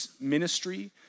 ministry